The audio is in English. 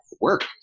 work